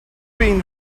been